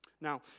Now